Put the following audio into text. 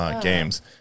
games